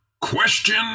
Question